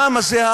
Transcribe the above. העם הזה,